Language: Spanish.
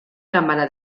cámara